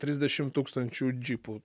trisdešim tūkstančių džipų